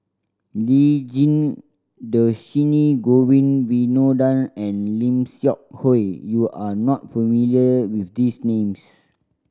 Lee Tjin Dhershini Govin Winodan and Lim Seok Hui you are not familiar with these names